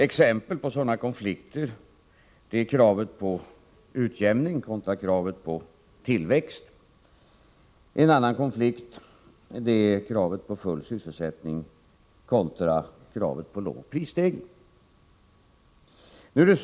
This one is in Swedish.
Exempel på sådana konflikter skulle vara kravet på utjämning kontra kravet på tillväxt och kravet på full sysselsättning kontra kravet på låg prisstegringstakt.